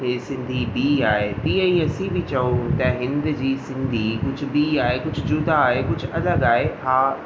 हे सिंधी ॿी आहे तीअं ई असीं बि चऊं त हिंद जी सिंधी कुझु ॿी आहे कुझु जुदा आहे कुझु अलॻि आहे हा